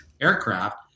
aircraft